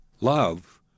love